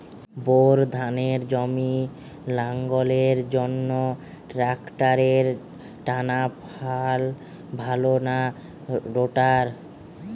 Bore ধানের জমি লাঙ্গলের জন্য ট্রাকটারের টানাফাল ভালো না রোটার?